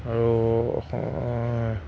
আৰু অস